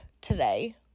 today